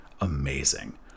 amazing